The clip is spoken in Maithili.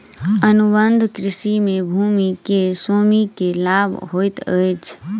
अनुबंध कृषि में भूमि के स्वामी के लाभ होइत अछि